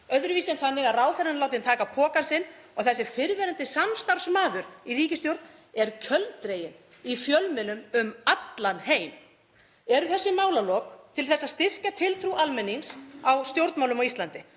öðruvísi en þannig að ráðherrann er látinn taka pokann sinn og þessi fyrrverandi samstarfsmaður í ríkisstjórn er kjöldreginn í fjölmiðlum um allan heim. Eru þessi málalok til að styrkja tiltrú almennings á stjórnmálum á Íslandi?